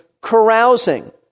carousing